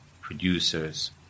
producers